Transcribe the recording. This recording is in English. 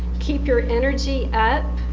keep your energy up.